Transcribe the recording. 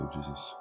Jesus